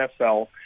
NFL